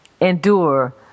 endure